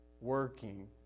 working